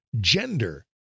gender